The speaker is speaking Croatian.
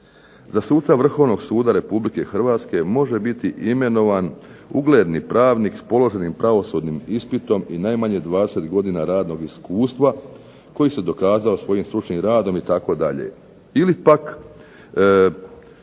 za suca Vrhovnog suda Republike Hrvatske može biti imenovan ugledni pravnik s položenim pravosudnim ispitom i najmanje 20 godina radnog iskustva koji se dokazao svojim stručnim radom itd. Ili pak